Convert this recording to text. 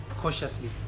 cautiously